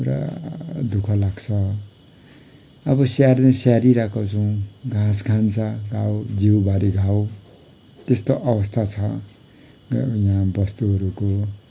पुरा दुःख लाग्छ अब स्याहार्ने स्याहारिरहेको छौँ घाँस खान्छ घाउ जिउभरि घाउ त्यस्तो अवस्था छ यहाँ बस्तुहरूको